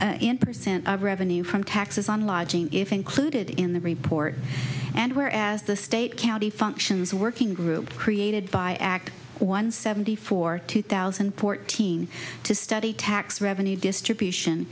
cent of revenue from taxes on lodging if included in the report and where as the state county functions working group created by act one seventy four two thousand and fourteen to study tax revenue distribution